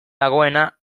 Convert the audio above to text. dagoena